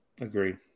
Agreed